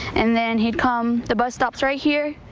and then he'd come the bus stops right here.